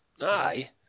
Aye